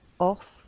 off